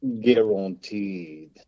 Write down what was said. Guaranteed